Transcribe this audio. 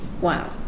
wow